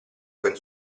open